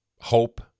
hope